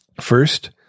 first